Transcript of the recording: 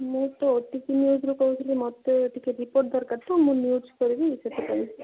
ମୁଁ ତ ଓଟିଭି ନ୍ୟୁଜ୍ରୁ କହୁଥିଲି ମୋତେ ଟିକେ ରିପୋର୍ଟ ଦରକାର ତ ମୁଁ ନ୍ୟୁଜ୍ କରିବି ସେଥିପାଇଁ